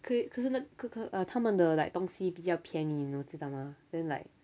可可是那 uh 他们的 like 东西比较便宜 you know 知道吗 then like